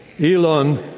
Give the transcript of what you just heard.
Elon